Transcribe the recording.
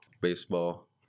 baseball